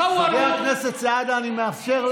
חברת הכנסת גוטליב, מותר לו.